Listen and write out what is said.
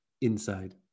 inside